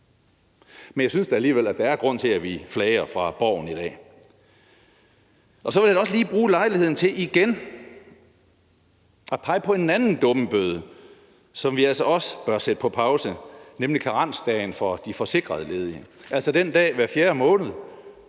Men jeg synes alligevel, at der er grund til, at vi flager fra Borgen i dag. Så vil jeg også gerne bruge lejligheden til igen at pege på en anden dummebøde, som vi altså også bør sætte på pause, nemlig karensdagen for de forsikrede ledige, altså den dag hver fjerde måned,